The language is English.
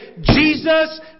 Jesus